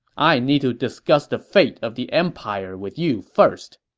i need to discuss the fate of the empire with you first.